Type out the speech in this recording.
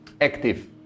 active